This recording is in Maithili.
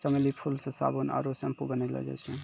चमेली फूल से साबुन आरु सैम्पू बनैलो जाय छै